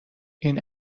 این